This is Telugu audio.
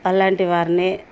అలాంటి వారిని